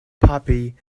puppy